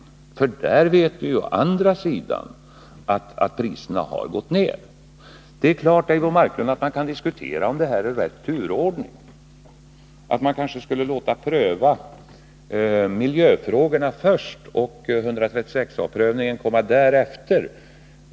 Å andra sidan vet vi ju att priserna på den internationella marknaden gått ner. Det är klart, Eivor Marklund, att man kan diskutera om det här är rätt turordning. Det är klart att man kan diskutera om man kanske borde pröva miljöfrågorna först och att prövningen enligt 136 a § i byggnadslagen borde komma först därefter.